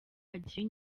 hagiye